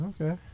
okay